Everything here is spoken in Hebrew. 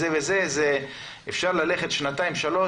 אפשר ללכת שנתיים-שלוש.